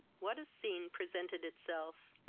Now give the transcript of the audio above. what a scene presented itself!